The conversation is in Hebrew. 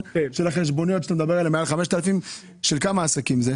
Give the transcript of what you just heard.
מדבר שהן מעל 5,000 שקלים, של כמה עסקים הן?